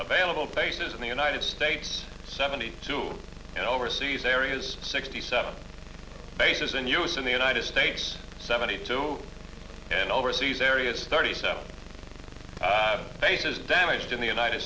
available places in the united states seventy two and overseas areas sixty seven bases in use in the united states seventy two and overseas areas thirty seven bases damaged in the united